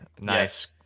Nice